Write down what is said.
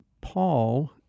Paul